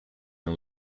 and